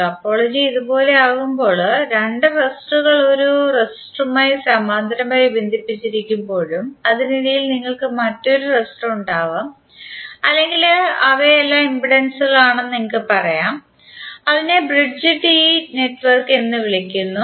topology ഇതുപോലെയാകുമ്പോൾ രണ്ട് റെസിസ്റ്റൻസുകൾ ഒരു റെസിസ്റ്ററുമായി സമാന്തരമായി ബന്ധിപ്പിച്ചിരിക്കുമ്പോഴും അതിനിടയിൽ നിങ്ങൾക്ക് മറ്റൊരു റെസിസ്റ്റർ ഉണ്ടാവാം അല്ലെങ്കിൽ അവയെല്ലാം ഇംപെൻഡൻസുകളാണെന്ന് നിങ്ങൾക്ക് പറയാം അതിനെ ബ്രിഡ്ജ്ഡ് ടി നെറ്റ്വർക്ക് എന്ന് വിളിക്കുന്നു